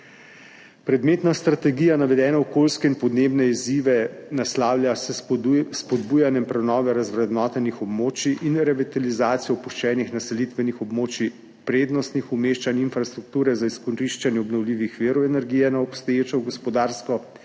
Predmetna strategija navedene okoljske in podnebne izzive naslavlja s spodbujanjem prenove razvrednotenih območij in revitalizacijo opuščenih naselitvenih območij, prednostnih umeščanj infrastrukture za izkoriščanje obnovljivih virov energije na obstoječo gospodarsko